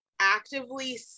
actively